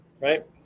right